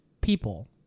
people